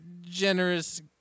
generous